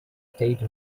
state